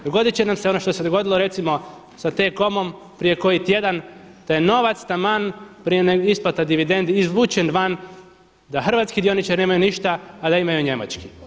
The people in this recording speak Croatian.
Dogodit će nam se ono što se dogodilo recimo ta T-comom prije koji tjedan, da je novac taman prije isplata dividendi izvučen van da hrvatski dioničari nemaju ništa, a da imaju njemački.